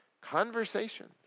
Conversations